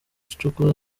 gicuku